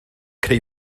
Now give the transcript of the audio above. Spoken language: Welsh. creu